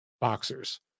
boxers